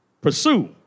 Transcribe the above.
pursue